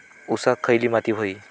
ऊसाक खयली माती व्हयी?